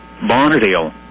Barnardale